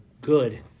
good